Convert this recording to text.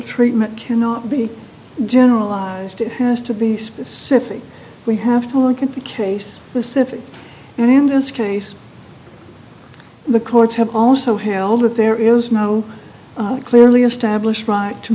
treatment cannot be generalized it has to be specific we have to look at the case with syphilis and in this case the courts have also held that there is no clearly established right to